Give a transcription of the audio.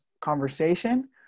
conversation